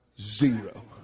Zero